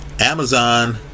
Amazon